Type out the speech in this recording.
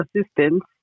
assistance